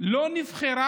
לא נבחרה.